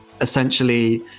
essentially